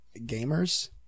Gamers